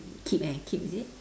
keep eh keep is it